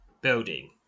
building